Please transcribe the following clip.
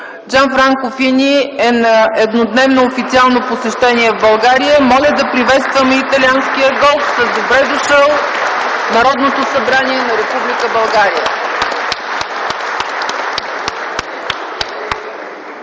Джанфранко Фини е на еднодневно официално посещение в България. Моля да приветстваме италианския гост с „Добре дошъл!” в Народното събрание на Република България!